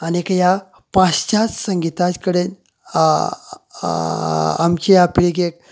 आनीक ह्या पाश्यात्य संगिता कडेन आमचे ह्या पिळगेक